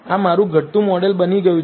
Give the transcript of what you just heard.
હવે આ મારું ઘટતું મોડેલ બની ગયું છે